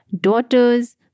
daughters